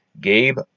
Gabe